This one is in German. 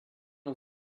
und